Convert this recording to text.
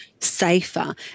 safer